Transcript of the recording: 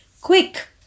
quick